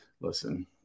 Listen